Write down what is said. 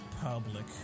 Public